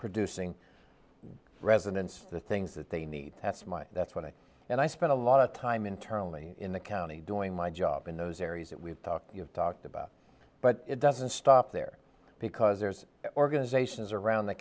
producing residence the things that they need that's my that's what i and i spend a lot of time internally in the county doing my job in those areas that we've talked you've talked about but it doesn't stop there because there's organizations around the